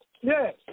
Yes